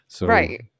Right